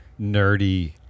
nerdy